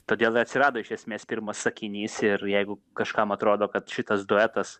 todėl i atsirado iš esmės pirmas sakinys ir jeigu kažkam atrodo kad šitas duetas